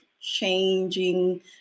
changing